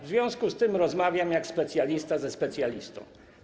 W związku z tym rozmawiam jak specjalista ze specjalistą.